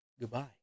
Goodbye